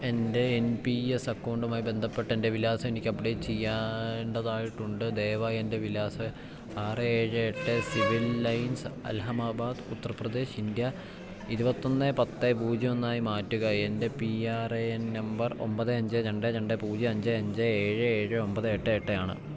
എൻ്റെ N P S അക്കൗണ്ടുമായി ബന്ധപ്പെട്ട് എൻ്റെ വിലാസം എനിക്ക് അപ്ഡേറ്റ് ചെയ്യേണ്ടതായിട്ടുണ്ട് ദയവായി എൻ്റെ വിലാസം ആറ് ഏഴ് എട്ട് civil lines Allahabad Uttar Pradesh India ഇരുപത്തൊന്ന് പത്ത് പൂജ്യം ഒന്നായി മാറ്റുക എൻ്റെ P R A N number ഒമ്പത് അഞ്ച് രണ്ട് രണ്ട് പൂജ്യം അഞ്ച് അഞ്ച് ഏഴ് ഏഴ് ഒമ്പത് എട്ട് എട്ട് ആണ്